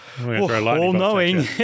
all-knowing